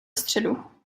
středu